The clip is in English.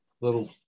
little